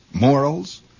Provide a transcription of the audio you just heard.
morals